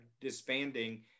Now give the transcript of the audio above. disbanding